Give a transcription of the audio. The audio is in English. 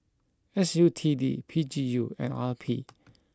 S U T D P G U and R P